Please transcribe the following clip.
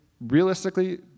realistically